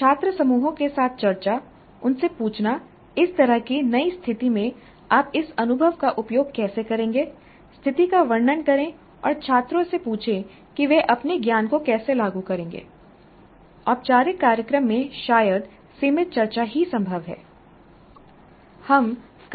छात्र समूहों के साथ चर्चा उनसे पूछना इस तरह की नई स्थिति में आप इस अनुभव का उपयोग कैसे करेंगे स्थिति का वर्णन करें और छात्रों से पूछें कि वे अपने ज्ञान को कैसे लागू करेंगे औपचारिक कार्यक्रम में शायद सीमित चर्चा ही संभव है